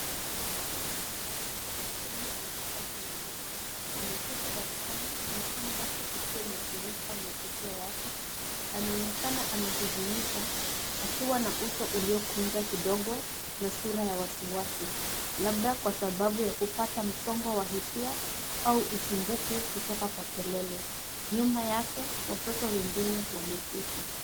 Mwanafunzi mvulana wa elimu ya mahitaji maalum, ameketi darasani, mikono yake ikiwa imefunika masikio yake. Anaonekana amehuzunika akiwa na uso uliokunja kidogo na sura ya wasiwasi, labda kwasababu ya kupata msongo wa hisia au usumbufu kutoka kwa kelele. Nyuma yake, watoto wengine wameketi.